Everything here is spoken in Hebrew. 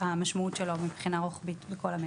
המשמעות שלו מבחינה רוחבית בכל המשק.